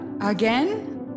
again